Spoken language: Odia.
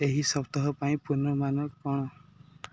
ଏହି ସପ୍ତାହ ପାଇଁ ପୂନମାନ କ'ଣ